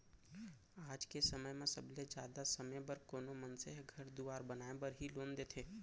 आज के समय म सबले जादा समे बर कोनो मनसे ह घर दुवार बनाय बर ही लोन लेथें